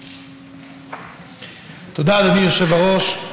תודה, אדוני היושב-ראש.